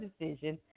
decision